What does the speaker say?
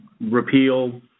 repeal